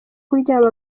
kuryama